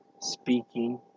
speaking